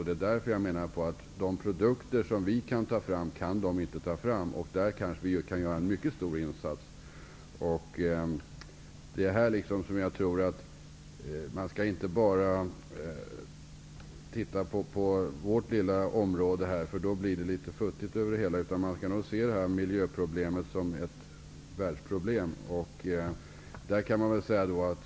De kan inte ta fram de produkter som vi kan ta fram, och vi kanske kan göra en mycket stor insats där. Man skall inte bara se på vårt lilla område -- det är futtigt att göra det -- utan man skall nog se det här miljöproblemet som ett världsproblem.